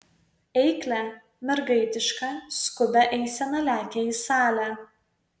eiklia mergaitiška skubia eisena lekia į salę